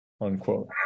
unquote